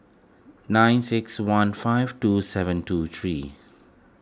nine six one five two seven two three